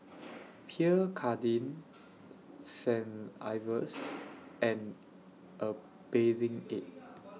Pierre Cardin Saint Ives and A Bathing Ape